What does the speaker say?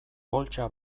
poltsa